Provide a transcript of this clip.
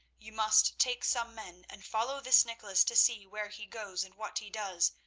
you must take some men and follow this nicholas to see where he goes and what he does,